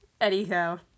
Anyhow